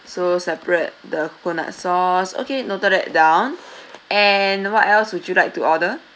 so separate the coconut sauce okay noted that down and what else would you like to order